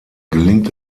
gelingt